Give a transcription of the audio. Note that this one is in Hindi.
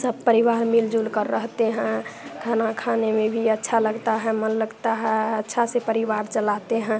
सब परिवार मिल जुल कर रहते हैं खाना खाने में भी अच्छा लगता है मन लगता है अच्छा से परिवार चलाते हैं